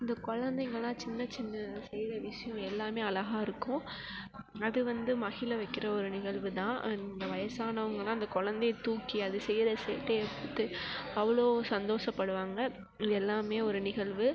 இந்த கொழந்தைங்களாம் சின்ன சின்ன செய்ற விஷயம் எல்லாமே அழகா இருக்கும் அது வந்து மகிழ வைக்கிற ஒரு நிகழ்வுதான் அந்த வயதானவங்கள்லாம் அந்த கொழந்தைய தூக்கி அது செய்கிற சேட்டையை பார்த்து அவ்வளோ சந்தோஷப்படுவாங்க இது எல்லாமே ஒரு நிகழ்வு